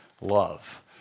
love